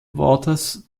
waters